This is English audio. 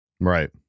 Right